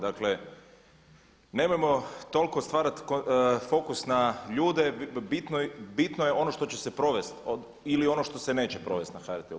Dakle, nemojmo toliko stvarati fokus na ljude, bitno je ono što će se provesti ili ono što se neće provesti na HRT-u.